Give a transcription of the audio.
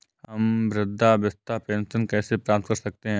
हम वृद्धावस्था पेंशन कैसे प्राप्त कर सकते हैं?